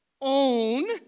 own